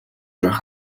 байх